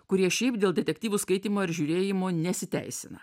kurie šiaip dėl detektyvų skaitymo ar žiūrėjimo nesiteisina